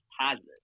positive